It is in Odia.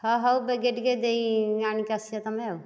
ହଁ ହେଉ ବେଗି ଟିକିଏ ଦେଇ ଆଣିକି ଆସିବ ତୁମେ ଆଉ